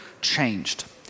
changed